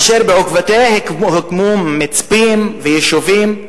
אשר בעקבותיה הוקמו מצפים ויישובים.